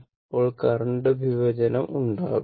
അപ്പോൾ കറന്റ് വിഭജനം ഉണ്ടാകും